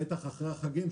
בטח אחרי החגים,